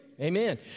Amen